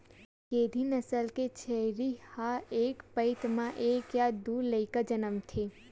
गद्दी नसल के छेरी ह एक पइत म एक य दू लइका जनमथे